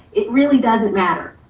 it really doesn't matter.